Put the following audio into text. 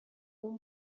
اون